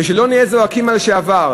ושלא נהיה זועקים על שעבר,